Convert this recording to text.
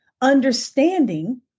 understanding